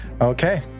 Okay